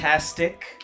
Fantastic